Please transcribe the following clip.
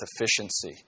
efficiency